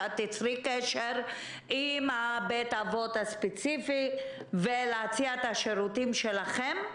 שתיצרי קשר עם בית האבות הספציפי ותציעי את השירותים שלכם?